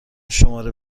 شماره